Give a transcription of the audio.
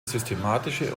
systematische